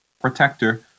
protector